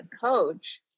coach